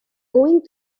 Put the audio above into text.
going